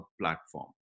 platform